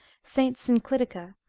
st. synclitica,